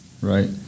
Right